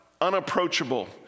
unapproachable